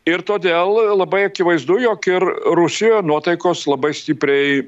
ir todėl labai akivaizdu jog ir rusijoje nuotaikos labai stipriai